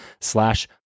slash